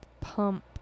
Pump